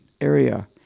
area